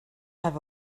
have